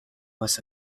was